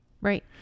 Right